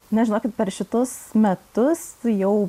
na žinokit per šitus metus jau